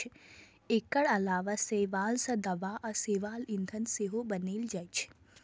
एकर अलावा शैवाल सं दवा आ शैवाल ईंधन सेहो बनाएल जाइ छै